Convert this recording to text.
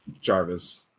Jarvis